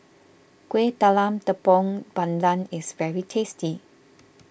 Kueh Talam Tepong Pandan is very tasty